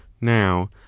now